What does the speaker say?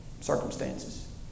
circumstances